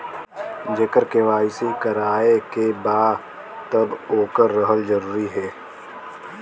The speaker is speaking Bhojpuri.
जेकर के.वाइ.सी करवाएं के बा तब ओकर रहल जरूरी हे?